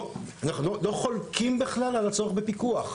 אנחנו לא חולקים בכלל על הצורך בפיקוח,